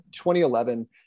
2011